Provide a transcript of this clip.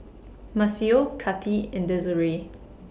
Maceo Kati and Desirae